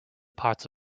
parts